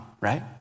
Right